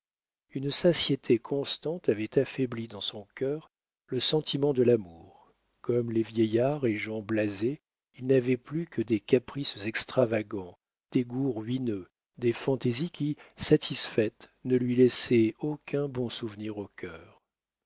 une satiété constante avait affaibli dans son cœur le sentiment de l'amour comme les vieillards et les gens blasés il n'avait plus que des caprices extravagants des goûts ruineux des fantaisies qui satisfaites ne lui laissaient aucun bon souvenir au cœur